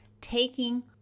taking